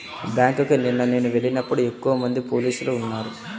బ్యేంకుకి నిన్న నేను వెళ్ళినప్పుడు ఎక్కువమంది పోలీసులు ఉన్నారు